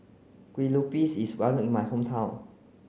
Kue Lupis is well known in my hometown